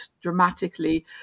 dramatically